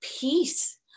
peace